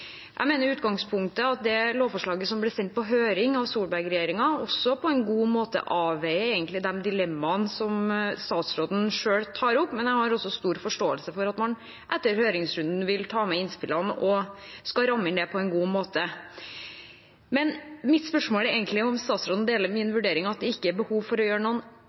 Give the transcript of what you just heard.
Jeg mener i utgangspunktet at det lovforslaget som ble sendt på høring av Solberg-regjeringen, også på en god måte avveier de dilemmaene som statsråden selv tar opp, men jeg har også stor forståelse for at man etter høringsrunden vil ta med innspillene og skal ramme inn det på en god måte. Men mitt spørsmål er egentlig om statsråden deler min vurdering om at det ikke er behov for å gjøre noen